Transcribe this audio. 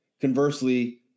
Conversely